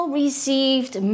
received